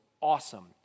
awesome